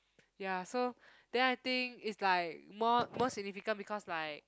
ya so then I think it's like more more significant because like